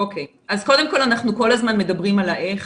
אוקיי, אז קודם כל אנחנו כל הזמן מדברים על האיך